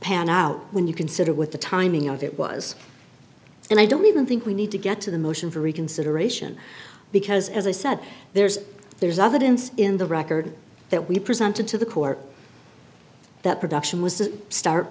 pan out when you consider with the timing of it was and i don't even think we need to get to the motion for reconsideration because as i said there's there's other hints in the record that we presented to the court that production was the start